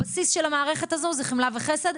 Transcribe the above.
הבסיס של המערכת הזו זה חמלה וחסד.